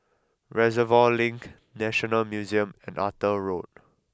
Reservoir Link National Museum and Arthur Road